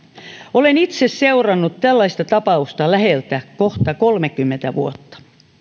olen itse seurannut tällaista tapausta läheltä kohta kolmekymmentä vuotta